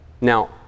Now